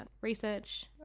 research